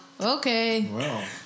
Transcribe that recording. Okay